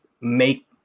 make